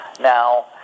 now